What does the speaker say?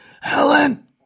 Helen